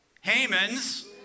Haman's